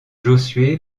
josué